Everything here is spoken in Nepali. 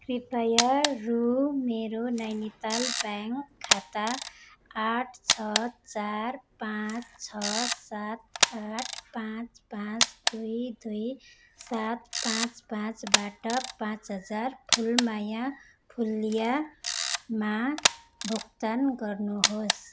कृपया रु मेरो नैनिताल ब्याङ्क खाता आठ छ चार पाँच छ सात आठ पाँच पाँच दुई दुई सात पाँच पाँचबाट पाँच हजार फुलमाया फुल्लियामा भुक्तान गर्नुहोस्